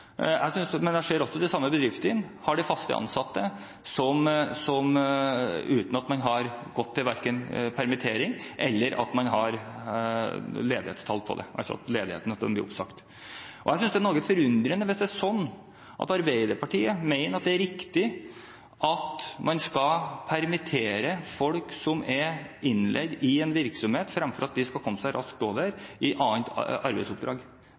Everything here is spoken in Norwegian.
Jeg kunne ha nevnt bedrifter som har etterlyst at man gjerne kunne ha tenkt seg å permittere bl.a. innleid arbeidskraft, men jeg ser også at de samme bedriftene har fast ansatte som verken blir permittert eller oppsagt. Jeg synes det er noe forunderlig hvis det er sånn at Arbeiderpartiet mener at det er riktig at man skal permittere folk som er innleid i en virksomhet, fremfor at de skal komme seg raskt over i annet arbeidsoppdrag.